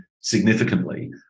significantly